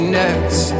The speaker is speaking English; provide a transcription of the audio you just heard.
next